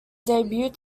debt